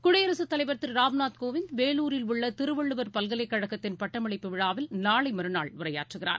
குடியரசுத் தலைவர் திருராம்நாத் கோவிந்த் கேலூரில் உள்ளதிருவள்ளுவர் பல்கலைக் கழகத்தின் பட்டமளிப்பு விழாவில் நாளைமறுநாள் உரையாற்றுகிறார்